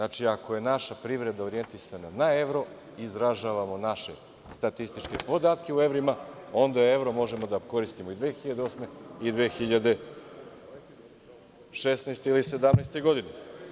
Ako je naša privreda orijentisana na evra, izražavamo naše statističke podatke u evrima, onda evro možemo da koristi i 2008. i 20016. ili 2017. godine.